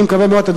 אני מקווה מאוד,